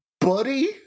buddy